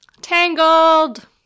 Tangled